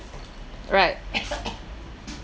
right